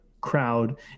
crowd